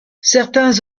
certains